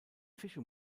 fische